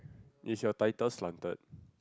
is your title slanted